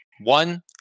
One